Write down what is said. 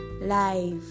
Life